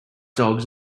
dogs